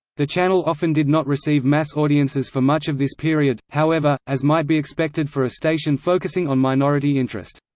the channel often did not receive mass audiences for much of this period, however, as might be expected for a station focusing on minority interest.